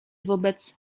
wobec